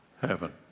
Heaven